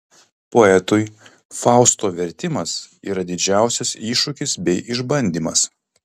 poetui fausto vertimas yra didžiausias iššūkis bei išbandymas